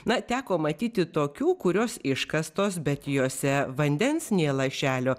na teko matyti tokių kurios iškastos bet juose vandens nė lašelio